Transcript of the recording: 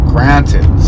Granted